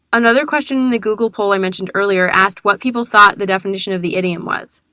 another question in the google poll i mentioned earlier asked what people thought the definition of the idiom was.